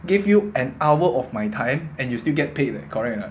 give you an hour of my time and you still get paid eh correct or not